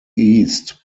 east